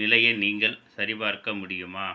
நிலையை நீங்கள் சரிபார்க்க முடியுமா